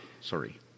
sorry